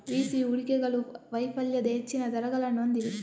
VC ಹೂಡಿಕೆಗಳು ವೈಫಲ್ಯದ ಹೆಚ್ಚಿನ ದರಗಳನ್ನು ಹೊಂದಿವೆ